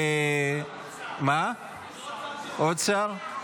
עוד שר?